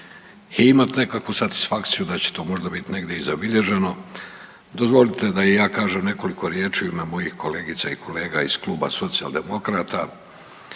i imat nekakvu satisfakciju da će to možda bit negdje i zabilježeno dozvolite da i ja kažem nekoliko riječi u ime mojih kolegica i kolega iz Kluba Socijaldemokrata